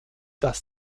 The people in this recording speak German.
das